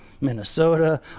Minnesota